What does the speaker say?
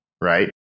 right